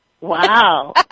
Wow